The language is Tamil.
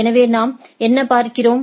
எனவே நாம் என்ன பார்க்கிறோம்